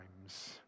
times